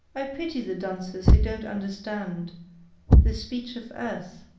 i pity the dunces who don't understand the speech of earth,